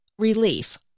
relief